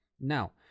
Now